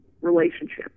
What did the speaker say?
relationship